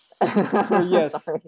Yes